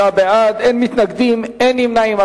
29 בעד, אין מתנגדים, אין נמנעים.